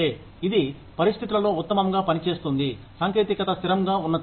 ఇది పరిస్థితులలో ఉత్తమంగా పని చేస్తుంది సాంకేతికత స్థిరంగా ఉన్నచోట